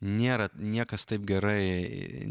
nėra niekas taip gerai